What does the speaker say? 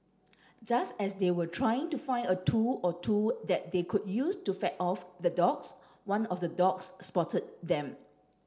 just as they were trying to find a tool or two that they could use to fend off the dogs one of the dogs spotted them